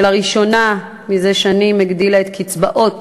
שלראשונה מזה שנים הגדילה את הקצבאות